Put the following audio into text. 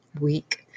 week